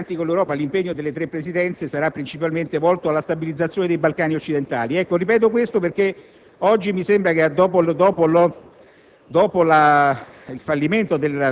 nei Paesi confinanti con l'Europa l'impegno delle tre Presidenze sarà principalmente volto alla stabilizzazione dei Balcani occidentali. Lo ripeto perché oggi mi sembra che, dopo il